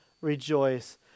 rejoice